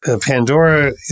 Pandora